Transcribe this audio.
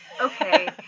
Okay